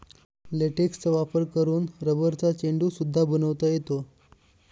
लेटेक्सचा वापर करून रबरचा चेंडू सुद्धा बनवता येतो